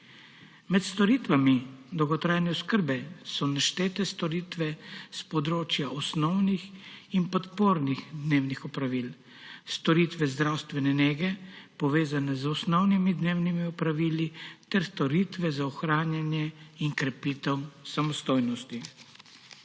Med storitvami dolgotrajne oskrbe so naštete storitve s področja osnovnih in podpornih dnevnih opravil, storitve zdravstvene nege, povezane z osnovnimi dnevnimi opravili, ter storitve za ohranjanje in krepitev samostojnosti.